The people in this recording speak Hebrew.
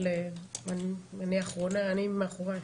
אני מאחורייך.